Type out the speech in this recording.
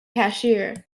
cashier